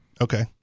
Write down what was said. Okay